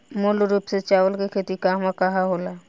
मूल रूप से चावल के खेती कहवा कहा होला?